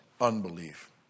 unbelief